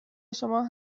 شما